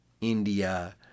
India